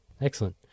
excellent